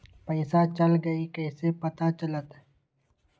पैसा चल गयी कैसे पता चलत?